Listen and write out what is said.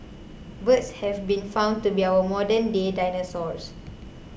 birds have been found to be our modernday dinosaurs